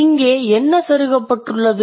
இங்கே என்ன செருகப்பட்டுள்ளது